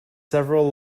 several